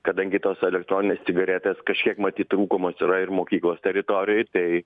kadangi tos elektroninės cigaretės kažkiek matyt rūkomos yra ir mokyklos teritorijoj tai